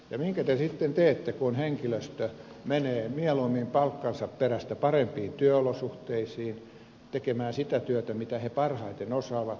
minkä te sitten teette kun henkilöstö menee mieluummin palkkansa perässä parempiin työolosuhteisiin tekemään sitä työtä mitä he parhaiten osaavat